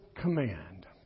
command